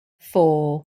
four